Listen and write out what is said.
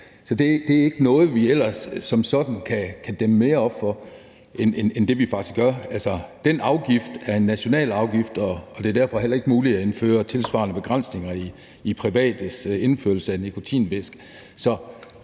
så det er ikke noget, som vi ellers som sådan kan dæmme mere op for end det, som vi faktisk gør. Altså, den afgift er en national afgift, og det er derfor heller ikke muligt at indføre tilsvarende begrænsninger i privates indførsel af nikotinvæske.